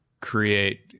create